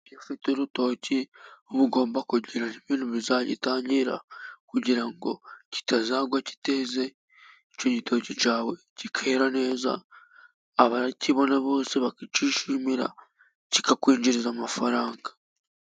Iyo ufite urutoki uba ugomba kugira ibintu bizagitangira, kugira ngo kitazagwa kiteze, igitoki cyawe kikera neza abakibona bose bakakishimira, kikakwinjiriza amafaranga.